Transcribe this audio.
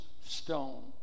stone